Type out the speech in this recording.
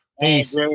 Peace